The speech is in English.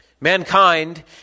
Mankind